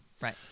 Right